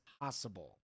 possible